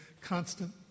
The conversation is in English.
constant